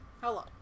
Hello